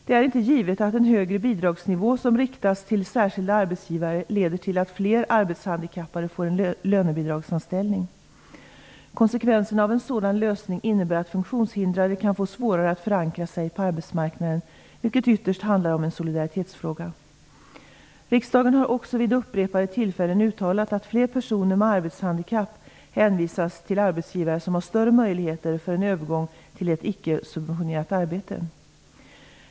Det är inte givet att en högre bidragsnivå som riktas till särskilda arbetsgivare leder till att fler arbetshandikappade får en lönebidragsanställning. Konsekvenserna av en sådan lösning är att funktionshindrade kan få svårare att förankra sig på arbetsmarknaden, vilket ytterst är en solidaritetsfråga. Riksdagen har också vid upprepade tillfällen uttalat att fler personer med arbetshandikapp hänvisas till arbetsgivare som har större möjligheter för en övergång till ett icke subventionerat arbete.